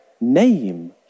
name